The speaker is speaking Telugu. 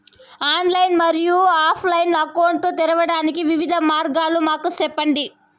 ఆన్లైన్ మరియు ఆఫ్ లైను అకౌంట్ తెరవడానికి వివిధ మార్గాలు మాకు సెప్పండి?